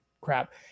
crap